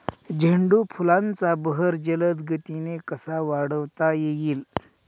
झेंडू फुलांचा बहर जलद गतीने कसा वाढवता येईल?